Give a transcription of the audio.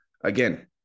Again